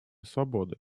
свободы